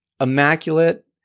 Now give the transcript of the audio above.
immaculate